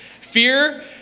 Fear